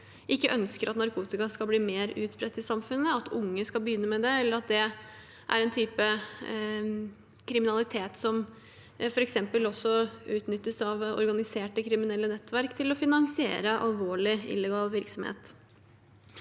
ikke ønsker at narkotika skal bli mer utbredt i samfunnet, at unge skal begynne med det, for det er en type kriminalitet som f.eks. også utnyttes av organiserte kriminelle nettverk til å finansiere alvorlig illegal virksomhet.